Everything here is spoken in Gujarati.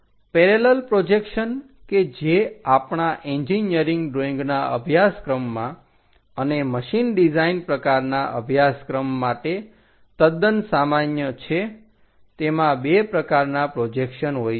પેરેલલ પ્રોજેક્શન કે જે આપણા એન્જીનીયરીંગ ડ્રોઈંગના અભ્યાસક્રમમાં અને મશીન ડિઝાઇન પ્રકારના અભ્યાસક્રમ માટે તદ્દન સામાન્ય છે તેમાં બે પ્રકારના પ્રોજેક્શન હોય છે